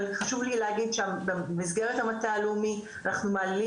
אבל חשוב לי להגיד שבמסגרת המטה הלאומי אנחנו מעלים